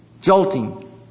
jolting